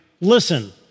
listen